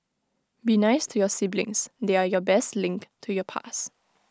be nice to your siblings they're your best link to your past